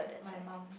my mom